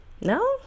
No